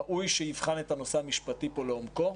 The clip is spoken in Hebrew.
ראוי שיבחן את הנושא המשפטי פה לעומקו.